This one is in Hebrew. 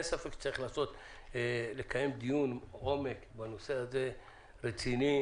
אין ספק שצריך לקיים דיון עומק בנושא הזה, רציני,